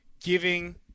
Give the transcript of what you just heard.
giving